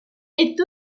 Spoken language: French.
est